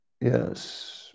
Yes